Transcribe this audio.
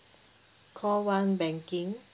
call one banking